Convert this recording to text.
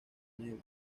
negros